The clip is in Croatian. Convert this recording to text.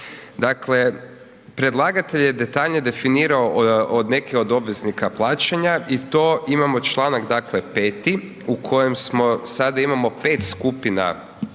Dakle, predlagatelj je detaljnije definirao od neke od obveznika plaćanja i to imamo čl., dakle, 5. u kojem smo sada imamo 5 skupina obveznika